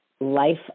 life